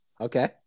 Okay